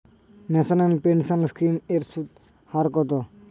National pension scheme এর সুদের হার কত?